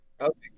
Okay